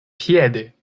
piede